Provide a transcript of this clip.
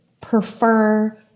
prefer